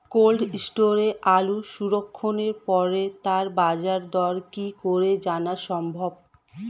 Cold স্টোরে আলু সংরক্ষণের পরে তার বাজারদর কি করে জানা সম্ভব?